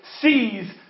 sees